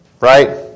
Right